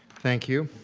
thank you.